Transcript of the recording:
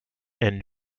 and